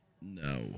No